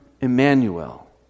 Emmanuel